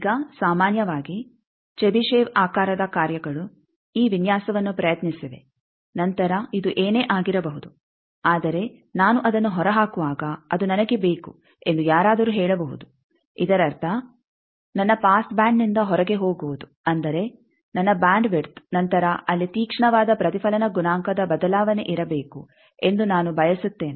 ಈಗ ಸಾಮಾನ್ಯವಾಗಿ ಚೆಬಿಶೇವ್ ಆಕಾರದ ಕಾರ್ಯಗಳು ಈ ವಿನ್ಯಾಸವನ್ನು ಪ್ರಯತ್ನಿಸಿವೆ ನಂತರ ಇದು ಏನೇ ಆಗಿರಬಹುದು ಆದರೆ ನಾನು ಅದನ್ನು ಹೊರಹಾಕುವಾಗ ಅದು ನನಗೆ ಬೇಕು ಎಂದು ಯಾರಾದರೂ ಹೇಳಬಹುದು ಇದರರ್ಥ ನನ್ನ ಪಾಸ್ ಬ್ಯಾಂಡ್ನಿಂದ ಹೊರಗೆ ಹೋಗುವುದು ಅಂದರೆ ನನ್ನ ಬ್ಯಾಂಡ್ ವಿಡ್ತ್ ನಂತರ ಅಲ್ಲಿ ತೀಕ್ಷ್ಣವಾದ ಪ್ರತಿಫಲನ ಗುಣಾಂಕದ ಬದಲಾವಣೆ ಇರಬೇಕು ಎಂದು ನಾನು ಬಯಸುತ್ತೇನೆ